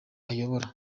ayobora